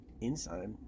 Inside